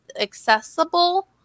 accessible